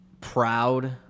proud